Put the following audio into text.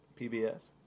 PBS